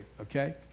okay